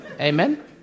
Amen